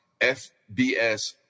FBS